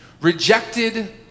rejected